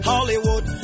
Hollywood